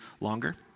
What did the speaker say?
longer